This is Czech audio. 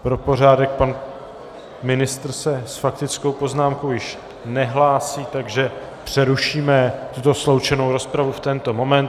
Pro pořádek, pan ministr se s faktickou poznámkou již nehlásí, takže přerušíme tuto sloučenou rozpravu v tento moment.